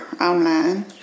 online